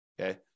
okay